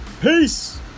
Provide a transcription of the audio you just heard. peace